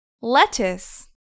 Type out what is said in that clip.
Lettuce